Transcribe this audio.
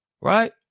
Right